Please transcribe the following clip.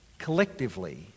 Collectively